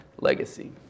legacy